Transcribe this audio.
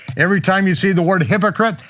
every time you see the word hypocrite,